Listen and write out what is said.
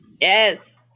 Yes